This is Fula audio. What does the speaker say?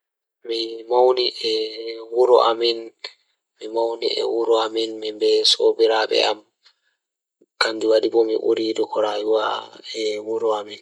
Baaba am on ɓuri marugo Mi mauni e wuro amin Miɗo waɗi haɓɓe ngal sabu, mi waɗa fiyaangu ngal e rewɓe ngal. Ko ɗum warataa njiddaade fiyaangu ngam rewɓe ngal e mi njiddaade goɗɗo fiyaangu ngal.